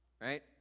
right